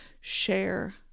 share